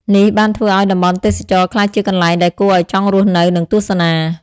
នេះបានធ្វើឱ្យតំបន់ទេសចរណ៍ក្លាយជាកន្លែងដែលគួរឱ្យចង់រស់នៅ និងទស្សនា។